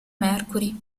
mercury